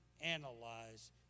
analyze